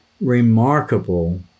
remarkable